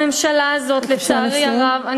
הממשלה הזאת, לצערי הרב, אפשר לסיים?